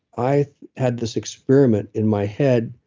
i had this experiment in my head,